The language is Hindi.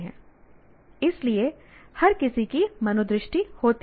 इसलिए हर किसी की मनोदृष्टि होती है